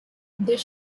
this